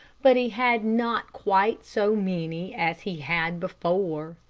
but he had not quite so many as he had before.